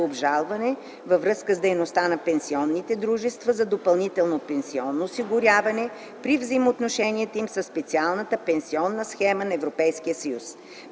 във връзка с дейността на пенсионните дружества за допълнително пенсионно осигуряване при взаимоотношенията им със специалната пенсионна схема на Европейския съюз.